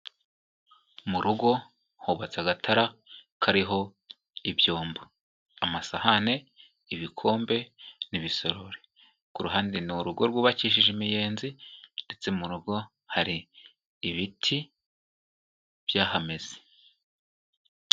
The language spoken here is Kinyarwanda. Mu rugo hubatse agatara kariho ibyombo, amasahane, ibikombe, ibisorore, ku ruhande ni urugo rwubakishije imiyenzi ndetse mu rugo hari ibiti byahameze.